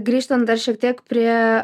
grįžtant dar šiek tiek prie